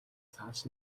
цааш